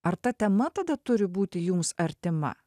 ar ta tema tada turi būti jums artima